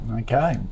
okay